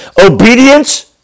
Obedience